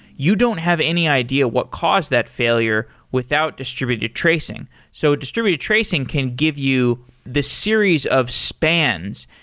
you don't have any idea what caused that failure without distributed tracing. so distributed tracing can give you the series of spans.